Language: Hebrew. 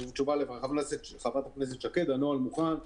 בתשובה לחברת הכנסת שקד: הנוהל מוכן ומזומן,